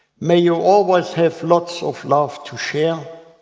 may you always have lots of love to share,